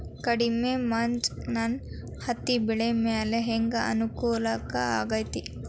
ಕಡಮಿ ಮಂಜ್ ನನ್ ಹತ್ತಿಬೆಳಿ ಮ್ಯಾಲೆ ಹೆಂಗ್ ಅನಾನುಕೂಲ ಆಗ್ತೆತಿ?